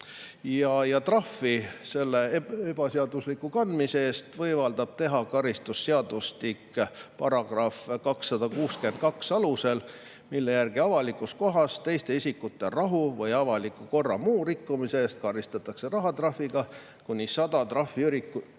Trahvi selle ebaseadusliku kandmise eest võimaldab teha karistusseadustiku § 262, mille järgi avalikus kohas teiste isikute rahu või avaliku korra muu rikkumise eest karistatakse rahatrahviga kuni 100 trahviühikut